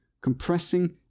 compressing